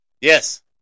Yes